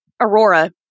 Aurora